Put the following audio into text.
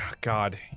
God